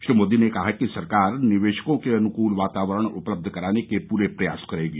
श्री मोदी ने कहा कि सरकार निवेशकों को अनुकूल वातावरण उपलब्ध कराने के पूरे प्रयास करेगी